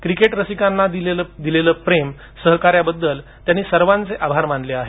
cricket रसिकांनी दिलेलं प्रेम आणि सहकार्याबद्दल त्यानं सर्वांचे आभार मानले आहेत